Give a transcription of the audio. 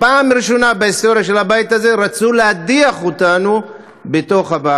פעם ראשונה בהיסטוריה של הבית הזה רצו להדיח אותנו מהוועדות.